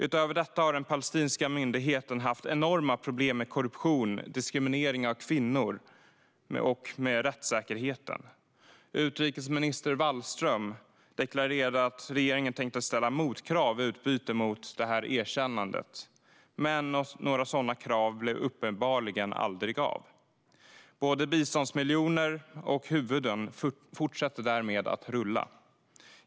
Utöver detta har den palestinska myndigheten haft enorma problem med korruption, diskriminering av kvinnor och rättssäkerheten. Utrikesminister Wallström har deklarerat att regeringen tänker ställa motkrav i utbyte mot erkännande. Men några sådana krav har uppenbarligen aldrig blivit av. Både biståndsmiljoner och huvuden fortsätter därmed att rulla.